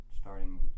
starting